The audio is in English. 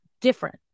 different